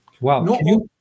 Wow